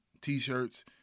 t-shirts